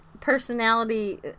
personality